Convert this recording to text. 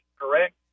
correct